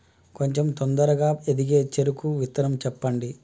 కొంచం తొందరగా ఎదిగే చెరుకు విత్తనం చెప్పండి?